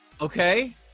Okay